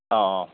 অঁ